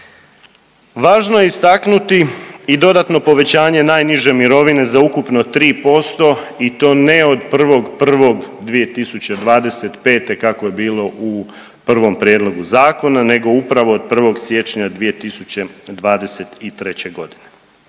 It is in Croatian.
Važno je istaknuti i dodatno povećanje najniže mirovine za ukupno 3% i to ne od 1.1.2025. kako je bilo u provom prijedlogu zakona, nego upravo od 1. siječnja 2023. godine.